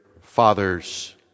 fathers